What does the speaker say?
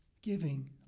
giving